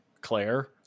Claire